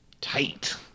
Tight